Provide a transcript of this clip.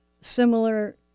similar